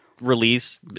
release